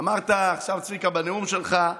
אמרת עכשיו, צביקה, בנאום שלך: